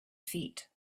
feet